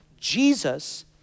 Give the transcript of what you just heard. Jesus